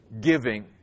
giving